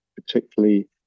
particularly